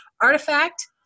artifact